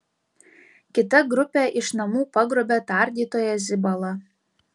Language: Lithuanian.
kita grupė iš namų pagrobė tardytoją zibalą